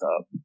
up